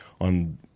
on